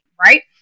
right